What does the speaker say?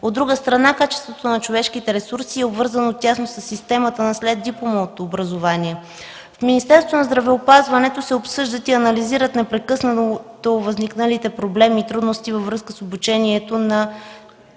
От друга страна, качеството на човешките ресурси е обвързано тясно със системата на следдипломното образование. В Министерството на образованието, младежта и науката се обсъждат и анализират непрекъснато възникналите проблеми и трудности във връзка с обучението и